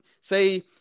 say